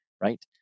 right